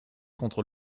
contre